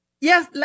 Yes